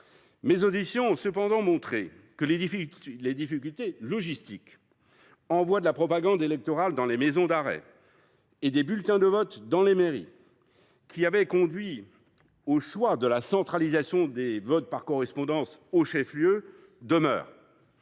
Mes auditions ont cependant montré que les difficultés logistiques, liées à l’envoi de la propagande électorale dans les maisons d’arrêt et des bulletins de vote dans les mairies, dont l’existence avait conduit au choix de centraliser les votes par correspondance au chef lieu, perduraient.